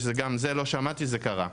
לא שמעתי שזה קרה.